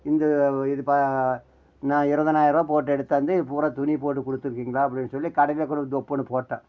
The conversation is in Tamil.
இந்த இது பா நா இருபதனாய ருபா போட்டு எடுத்தாந்து இது பூராக துணி போட்டு கொடுத்துருக்கீங்ளா அப்படின்னு சொல்லி கடையிலேயே கொண்டு வந்து தொப்புன்னு போட்டேன்